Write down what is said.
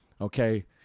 Okay